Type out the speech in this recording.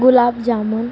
gulab jamun